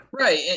Right